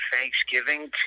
Thanksgiving